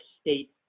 state